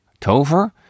tover